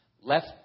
left